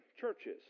churches